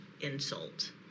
insult